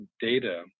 data